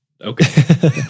Okay